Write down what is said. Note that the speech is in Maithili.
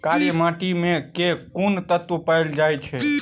कार्य माटि मे केँ कुन तत्व पैल जाय छै?